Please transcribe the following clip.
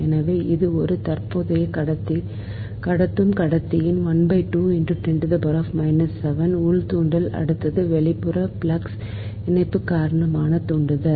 எனவே அது ஒரு தற்போதைய கடத்தும் கடத்தியின் உள் தூண்டல் அடுத்தது வெளிப்புற ஃப்ளக்ஸ் இணைப்பு காரணமாக தூண்டல்